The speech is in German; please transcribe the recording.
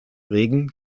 regen